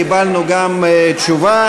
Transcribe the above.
קיבלנו גם תשובה.